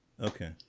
Okay